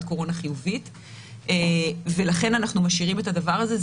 קורונה חיובית ולכן אנחנו משאירים את הדבר הזה.